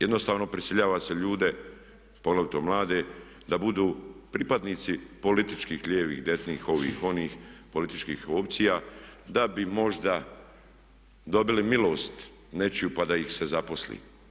Jednostavno prisiljava se ljude, poglavito mlade da budu pripadnici političkih lijevih, desnih, ovih, onih, političkih opcija da bi možda dobili milost nečiju pa da ih se zaposli.